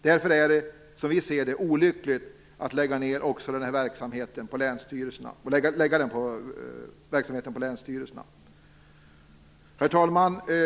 Därför är det, som vi ser det, olyckligt att lägga också den här verksamheten på länsstyrelserna. Herr talman!